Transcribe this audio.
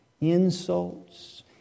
insults